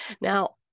Now